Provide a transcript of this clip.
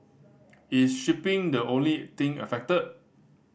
is shipping the only thing affected